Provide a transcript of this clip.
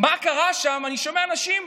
מה קרה שם, אני שומע אנשים: